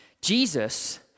Jesus